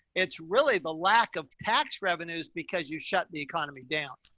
it's really the lack of tax revenues because you shut the economy down.